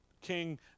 King